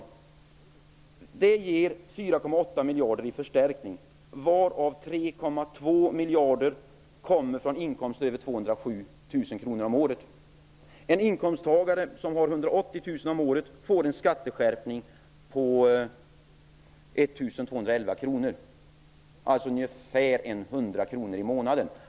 Grundavdraget ger 4,8 miljarder i förstärkning, varav 3,2 miljarder kommer från inkomster över 207 000 kr om året. En inkomsttagare som har 180 000 kr om året får en skatteskärpning på 1 211 kr, alltså ungefär 100 kr i månaden.